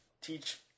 teach